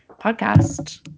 podcast